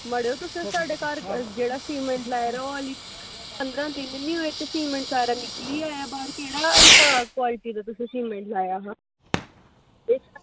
मड़ेओ तुसें साढ़े घर जेह्ड़ा सीमैंट लाए दा हा ओह् अल्ली पंदरां दिन निं होए ते सीमैंट सारा निकली गेआ ऐ बाह्र केह्ड़ा क्वालिटी दा तुसें सीमैंट लाया हा ते